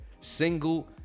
single